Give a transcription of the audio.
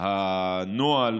הנוהל